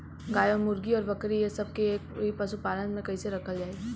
गाय और मुर्गी और बकरी ये सब के एक ही पशुपालन में कइसे रखल जाई?